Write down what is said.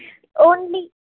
only